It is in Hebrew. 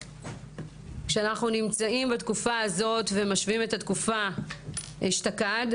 כשאנחנו נמצאים בתקופה הזאת ומשווים את התקופה אשתקד,